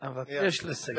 אבקש לסיים.